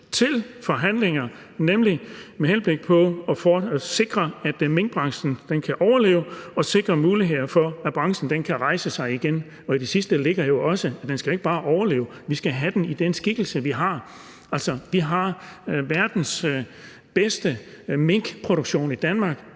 til forhandlinger for at sikre minkbranchens overlevelse og sikre muligheder for, at branchen kan rejse sig igen.« (Forslag til vedtagelse nr. V 6). I det sidste ligger jo også, at den ikke bare skal overleve det. Vi skal have den i den i skikkelse, vi har. Altså, vi har verdens bedste minkproduktion i Danmark